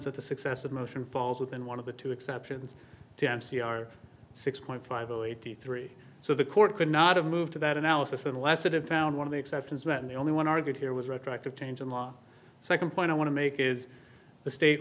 that the success of motion falls within one of the two exceptions to m c r six point five zero eighty three so the court could not have moved to that analysis unless it had found one of the exceptions when the only one argued here was retroactive change in law second point i want to make is the state